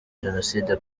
jenoside